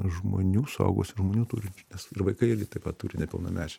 žmonių suaugusių žmonių turinčių nes ir vaikai irgi taip pat turi nepilnamečiai